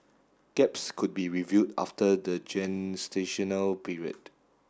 gaps could be reviewed after the gestational period